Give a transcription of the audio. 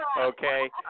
okay